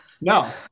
No